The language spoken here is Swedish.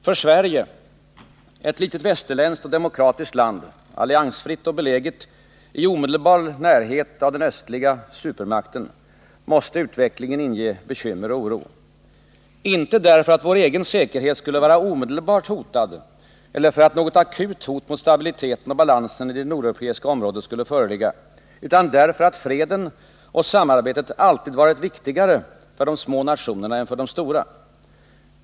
För Sverige — ett litet västerländskt och demokratiskt land, alliansfritt och beläget i omedelbar närhet av den östliga supermakten — måste utvecklingen inge bekymmer och oro, inte därför att vår egen säkerhet skulle vara omedelbart hotad eller därför att något akut hot mot stabiliteten och balansen i det nordeuropeiska området skulle förligga, utan därför att freden och samarbetet alltid varit viktigare för de små nationerna än för de stora.